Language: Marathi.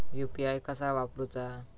यू.पी.आय कसा वापरूचा?